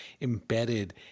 embedded